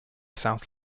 south